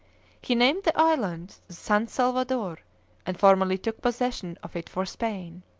he named the island san salvador and formally took possession of it for spain.